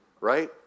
right